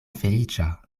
feliĉa